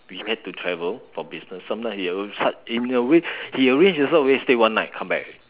we had to travel for business sometimes he also such in a way he arrange also always stay one night come back already